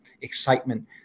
excitement